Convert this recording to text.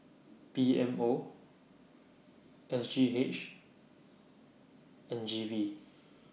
P M O S G H and G V